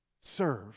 serve